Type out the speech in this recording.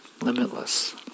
limitless